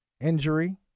injury